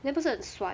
then 不是很酸